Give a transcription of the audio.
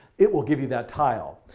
it will give you that tile.